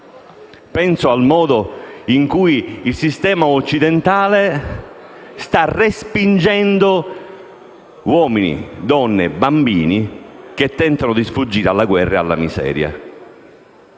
penso al modo in cui il sistema occidentale sta respingendo uomini, donne e bambini che tentano di sfuggire alla guerra e alla miseria: